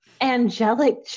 angelic